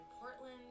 Portland